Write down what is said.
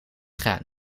gaat